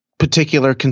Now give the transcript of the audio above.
particular